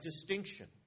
distinction